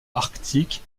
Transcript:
arctique